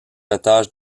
otage